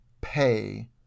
pay